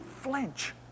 flinch